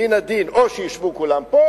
מן הדין או שישבו כולם פה,